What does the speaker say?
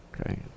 Okay